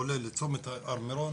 עולה לצומת הר מירון,